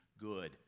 good